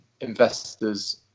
investors